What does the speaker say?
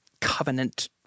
covenant